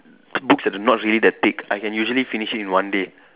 books that are not really that thick I can usually finish it in one day